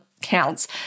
counts